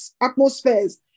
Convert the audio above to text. atmospheres